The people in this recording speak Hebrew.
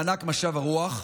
מענק "משב הרוח",